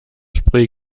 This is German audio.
spray